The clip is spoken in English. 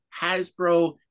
hasbro